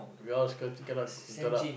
we all scared also cannot interrupt